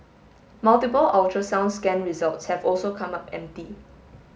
multiple ultrasound scan results have also come up empty